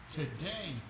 today